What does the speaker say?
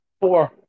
four